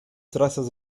trazas